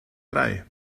drei